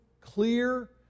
clear